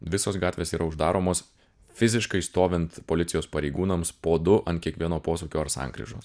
visos gatvės yra uždaromos fiziškai stovint policijos pareigūnams po du ant kiekvieno posūkio ar sankryžos